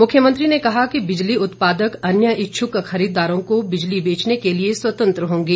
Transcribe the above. मुख्यमंत्री ने कहा कि बिजली उत्पादक अन्य इच्छुक खरीददारों को बिजली बेचने के लिए स्वतंत्र होंगे